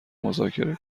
مذاکره